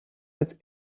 als